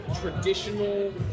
traditional